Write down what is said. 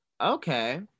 Okay